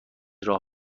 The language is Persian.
راه